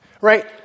right